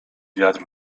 wiatr